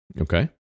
Okay